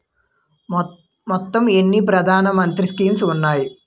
మొత్తం ఎన్ని ప్రధాన మంత్రి స్కీమ్స్ ఉన్నాయి?